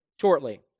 shortly